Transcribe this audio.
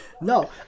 No